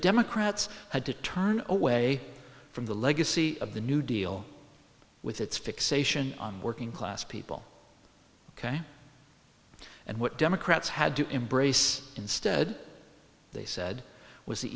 democrats had to turn away from the legacy of the new deal with its fixation on working class people ok and what democrats had to embrace instead they said was the